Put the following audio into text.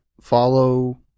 follow